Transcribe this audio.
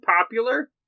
popular